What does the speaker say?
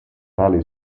tale